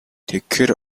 тэгэхээр